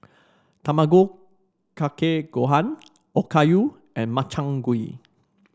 Tamago Kake Gohan Okayu and Makchang Gui